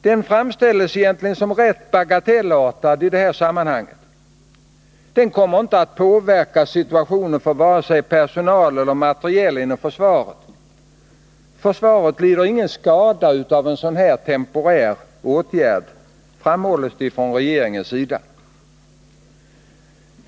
Den framställs egentligen som rätt bagatellartad: den kommer inte att påverka situationen för vare sig personalen eller materielen inom försvaret. Försvaret lider ingen skada av en sådan här temporär åtgärd, framhålls det ifrån regeringens sida.